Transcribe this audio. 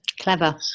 Clever